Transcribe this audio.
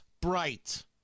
bright